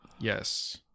Yes